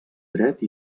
dret